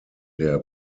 der